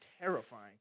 terrifying